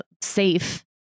safe